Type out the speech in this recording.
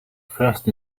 first